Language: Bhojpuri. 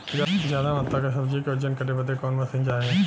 ज्यादा मात्रा के सब्जी के वजन करे बदे कवन मशीन चाही?